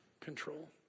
control